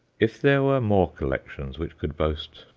if there were more collections which could boast,